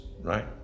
right